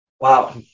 Wow